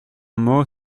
mot